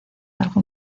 algo